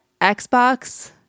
Xbox